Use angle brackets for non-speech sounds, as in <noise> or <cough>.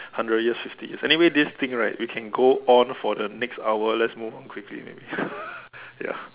hundred years fifty years anyway this thing right we can go on for the next hour let's move on quickly maybe <laughs> ya